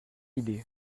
idée